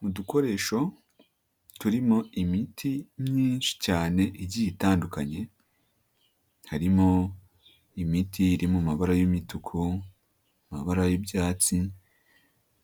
Mu dukoresho turimo imiti myinshi cyane igiye itandukanye, harimo imiti iri mu mabara y'imituku, amabara y'ibyatsi